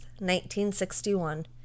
1961